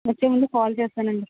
వచ్చే ముందు కాల్ చేస్తానండి